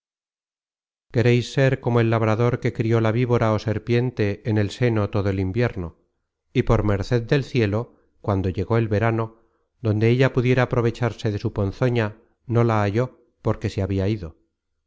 quereis ser como el labrador que crió la víbora ó serpiente en el seno todo el content from google book search generated at invierno y por merced del cielo cuando llegó el verano donde ella pudiera aprovecharse de su ponzoña no la halló porque se habia ido